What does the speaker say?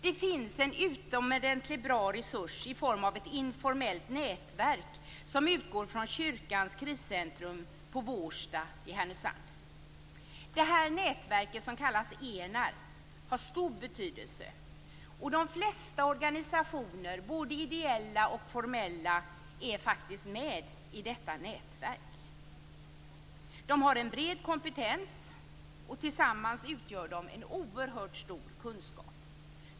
Det finns en utomordentligt bra resurs i form av ett informellt nätverk som utgår från kyrkans kriscentrum på Vårsta i Härnösand. Detta nätverk som kallas Enar har stor betydelse. Och de flesta organisationer, både ideella och formella, är faktiskt med i detta nätverk. De har en bred kompetens, och tillsammans utgör de en oerhört stor kunskap.